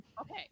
Okay